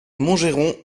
montgeron